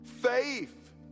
faith